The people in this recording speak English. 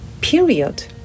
period